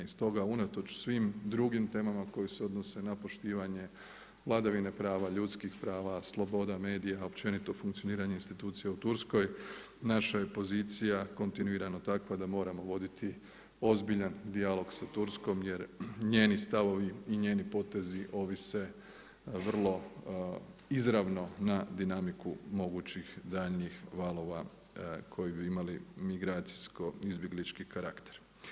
I stoga unatoč svim drugim temama koje se odnose na poštivanje vladavine prava, ljudskih prava, sloboda medija, općenito funkcioniranje institucija u Turskoj naša je pozicija kontinuirano takva da moramo voditi ozbiljan dijalog sa Turskom jer njeni stavovi i njeni potezi ovise vrlo izravno na dinamiku mogućih daljnjih valova koji bi imali migracijsko-izbjeglički karakter.